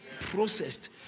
processed